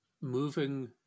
moving